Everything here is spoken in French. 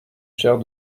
chaire